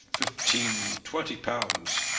fifteen, twenty pounds.